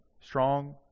strong